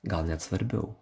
gal net svarbiau